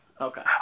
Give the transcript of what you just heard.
okay